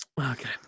Okay